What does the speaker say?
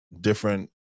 different